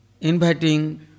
inviting